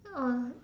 oh